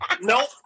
Nope